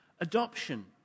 adoption